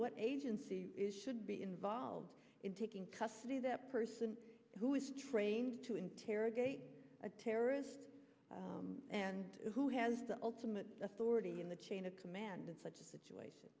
what agency should be involved in taking custody that person who is trained to interrogate a terrorist and who has the ultimate authority in the chain of command in such a situation